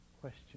question